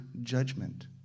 judgment